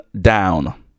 down